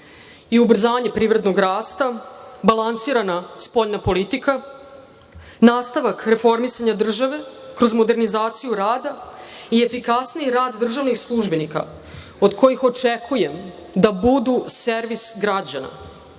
i ubrzanje privrednog rasta, balansirana spoljna politika, nastavak reformisanja države kroz modernizaciju rada i efikasniji rad državnih službenika, od kojih očekujem da budu servis građana.